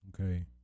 Okay